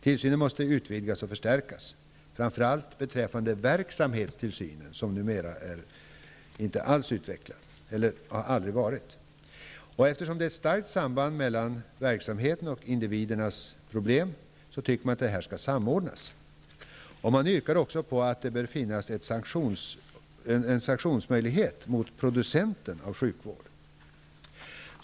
Tillsynen måste utvidgas och förstärkas, framför allt verksamhetstillsynen som inte alls är utvecklad och aldrig har varit det. Eftersom det är ett starkt samband mellan verksamhetens och individernas problem, tycker riksförsäkringsverket att tillsynen skall samordnas. Man yrkar också på att det bör finnas en sanktionsmöjlighet mot producenter av sjukvård.